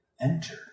Enter